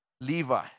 Levi